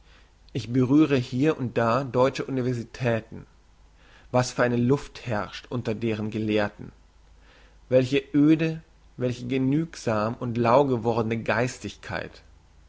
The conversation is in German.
ich berühre hier und da deutsche universitäten was für eine luft herrscht unter deren gelehrten welche öde welche genügsam und lau gewordne geistigkeit